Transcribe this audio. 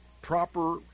proper